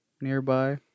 nearby